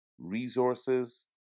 resources